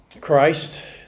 christ